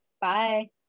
bye